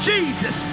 Jesus